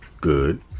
good